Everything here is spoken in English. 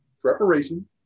preparation